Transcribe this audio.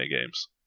games